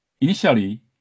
Initially